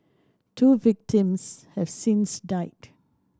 two victims have since died